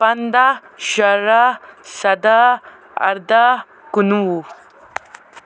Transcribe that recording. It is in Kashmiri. پنٛداہ شُراہ سداہ اردہ کُنوُہ